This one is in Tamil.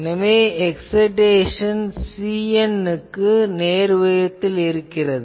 அவற்றில் எக்சைடேசன் CN க்கு நேர்விகிதத்தில் இருக்கிறது